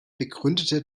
begründete